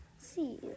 see